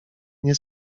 nie